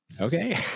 okay